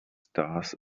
stars